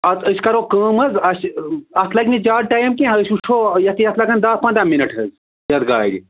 اَدٕ أسۍ کرو کٲم حظ اَسہِ اَتھ لگہِ نہٕ زیادٕ ٹایِم کیٚنٛہہ أسۍ وٕچھو یَتھ یَتھ لَگَن دَہ پنٛداہ مِنَٹ حظ یَتھ گاڑِ